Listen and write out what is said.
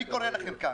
אני קורא לכם כאן,